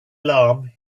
alarm